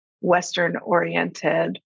Western-oriented